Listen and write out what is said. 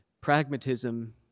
pragmatism